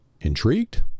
Intrigued